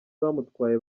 bamutwaye